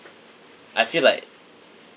I feel like